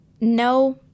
No